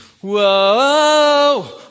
Whoa